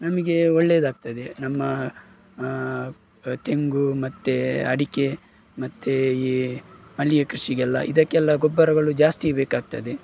ನಮಗೆ ಒಳ್ಳೆದಾಗ್ತದೆ ನಮ್ಮ ತೆಂಗು ಮತ್ತೆ ಅಡಿಕೆ ಮತ್ತೆ ಈ ಮಲ್ಲಿಗೆ ಕೃಷಿಗೆಲ್ಲ ಇದಕ್ಕೆಲ್ಲಾ ಗೊಬ್ಬರಗಳು ಜಾಸ್ತಿ ಬೇಕಾಗ್ತದೆ